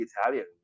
Italian